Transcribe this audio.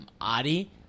Adi